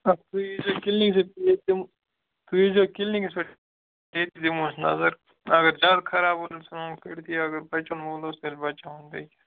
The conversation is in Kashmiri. اکھتُے ییٖزیو کِلنِکسٕے تُہۍ ییٖزیو کِلنِکَس پٮ۪ٹھ ییٚتی دِموس نَظر اگر زیادٕ خَراب اوس ژھٕنون کٔڑۍتھٕے اگر بَچَن وول اوس تیٚلہِ بَچاوون بیٚیہِ کیٛاہ